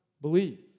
believe